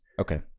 Okay